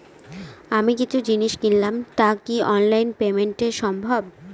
আমি কিছু জিনিস কিনলাম টা কি অনলাইন এ পেমেন্ট সম্বভ?